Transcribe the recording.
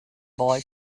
boy